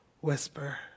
whisper